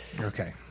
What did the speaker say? Okay